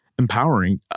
empowering